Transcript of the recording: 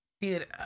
dude